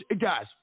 guys